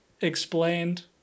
explained